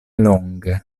longe